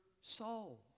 soul